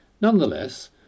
Nonetheless